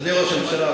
אדוני ראש הממשלה,